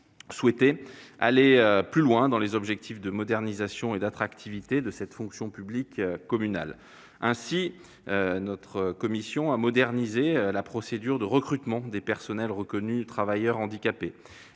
souhaité aller plus loin dans les objectifs de modernisation et d'attractivité de la fonction publique communale. Elle a ainsi modernisé la procédure de recrutement des personnes reconnues travailleurs handicapés.